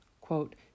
quote